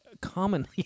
commonly